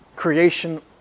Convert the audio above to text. Creation